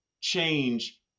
change